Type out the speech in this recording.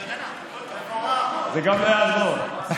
ירדנה, זה גם לא יעזור.